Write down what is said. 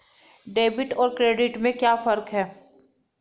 Debit और credit में क्या फर्क है?